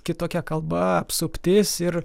kitokia kalba apsuptis ir